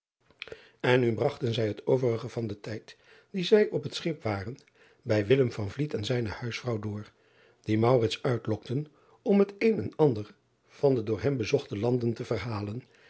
n nu bragten zij het overige van den tijd dien zij op het schip waren bij en zijne huisvrouw door die uitlokten om het een en ander van de door hem bezochte landen te verhalen